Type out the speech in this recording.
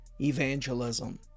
evangelism